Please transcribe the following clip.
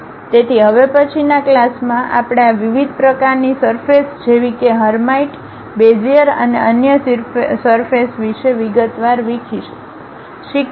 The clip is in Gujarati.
તેથી હવે પછીના ક્લાસમાં આપણે આ વિવિધ પ્રકારની સરફેસ જેવી કે હર્માઇટ બેઝિયર અને અન્ય સરફેસ વિશે વિગતવાર શીખીશું